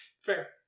Fair